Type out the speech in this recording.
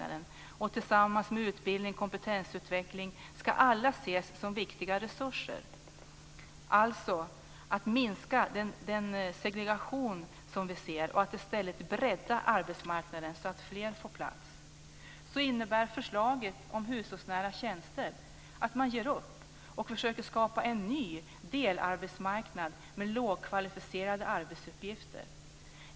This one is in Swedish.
Alla ska ses som viktiga resurser tillsammans med utbildning och kompetensutveckling. Det handlar alltså om att minska den segregation som vi ser och i stället bredda arbetsmarknaden så att fler får plats. Förslaget om hushållsnära tjänster innebär att man ger upp och försöker skapa en ny delarbetsmarknad med lågkvalificerade arbetsuppgifter.